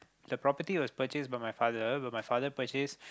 the property was purchased by my father but my father purchased